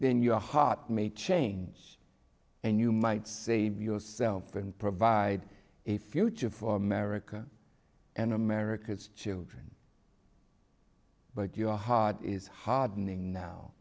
then your heart may change and you might see yourself and provide a future for america and america's children but your heart is hardening now